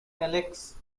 felix